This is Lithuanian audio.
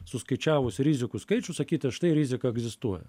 suskaičiavus rizikų skaičių sakyti štai rizika egzistuoja